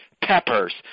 peppers